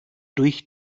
durch